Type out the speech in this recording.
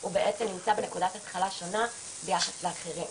הוא בעצם נמצא בנקודת התחלה שונה ביחס לאחרים.